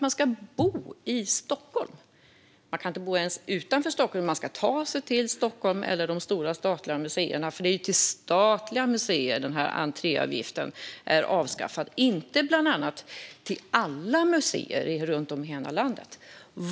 Man ska bo i Stockholm - man kan inte ens bo utanför Stockholm, utan man ska ta sig till Stockholm eller till de stora statliga museerna. Det är ju till statliga museer entréavgiften är avskaffad, inte till alla museer runt om i hela landet.